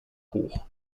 hoch